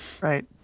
Right